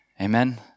Amen